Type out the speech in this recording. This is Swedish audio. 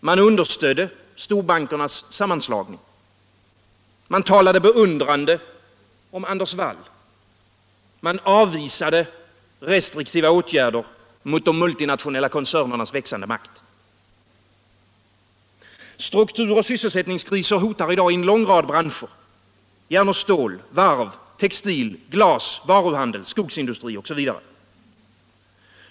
Man understödde storbankernas sammanslagning. Man talade beundrande om Anders Wall. Man avvisade restriktiva åtgärder mot de multinationeila koncernernas växande makt. Strukturoch sysselsättningskriser hotar i dag inom en lång rad branscher: järnoch stålindustri, varvs-, textil-, glasoch skogsindustri, varuhandel osv.